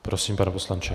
Prosím, pane poslanče.